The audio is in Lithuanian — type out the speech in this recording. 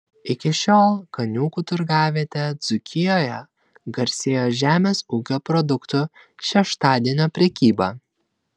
iki šiol kaniūkų turgavietė dzūkijoje garsėjo žemės ūkio produktų šeštadienio prekyba